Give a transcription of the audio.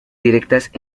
directas